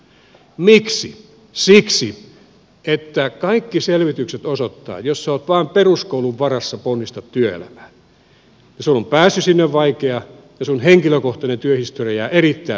siksi että kaikki selvitykset osoittavat että jos sinä vain peruskoulun varassa ponnistat työelämään niin sinulla on pääsy sinne vaikeaa ja sinun henkilökohtainen työhistoriasi jää erittäin lyhyeksi